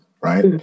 right